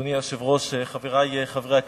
אדוני היושב-ראש, חברי חברי הכנסת,